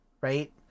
right